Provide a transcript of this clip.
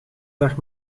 dag